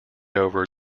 over